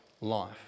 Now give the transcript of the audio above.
life